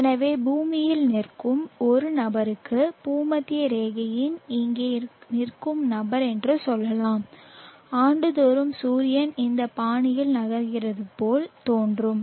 எனவே பூமியில் நிற்கும் ஒரு நபருக்கு பூமத்திய ரேகையில் இங்கே நிற்கும் நபர் என்று சொல்லலாம் ஆண்டுதோறும் சூரியன் இந்த பாணியில் நகர்கிறது போல் தோன்றும்